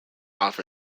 offer